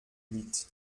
huit